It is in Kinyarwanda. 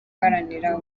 guharanira